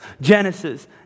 Genesis